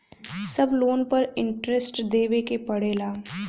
सब लोन पर इन्टरेस्ट देवे के पड़ेला?